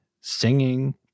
singing